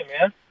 man